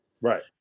Right